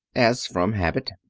as from habit,